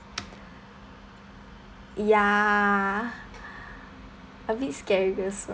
ya a bit scary this